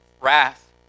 wrath